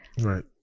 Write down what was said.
Right